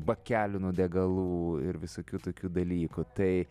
bakelių nuo degalų ir visokių tokių dalykų tai